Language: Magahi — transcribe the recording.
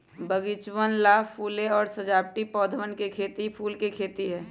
बगीचवन ला फूल और सजावटी पौधवन के खेती फूल के खेती है